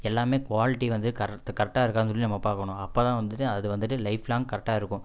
எல்லாமே குவாலிட்டி வந்து கரத்து கரெக்டா இருக்கான்னு சொல்லி நம்ம பார்க்கணும் அப்போ தான் வந்துட்டு அது வந்துட்டு லைஃப் லாங் கரெக்டாக இருக்கும்